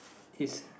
he's